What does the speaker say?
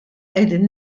qegħdin